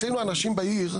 אצלנו אנשים בעיר,